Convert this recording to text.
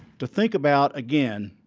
to think about, again.